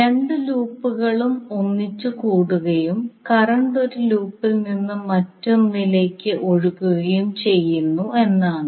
രണ്ട് ലൂപ്പുകളും ഒന്നിച്ച് കൂടുകയും കറന്റ് ഒരു ലൂപ്പിൽ നിന്ന് മറ്റൊന്നിലേക്ക് ഒഴുകുകയും ചെയ്യുന്നു എന്നാണ്